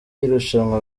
y’irushanwa